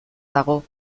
dago